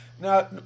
Now